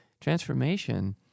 transformation